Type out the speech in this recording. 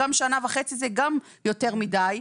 גם שנה וחצי זה גם יותר מידי,